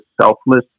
selfless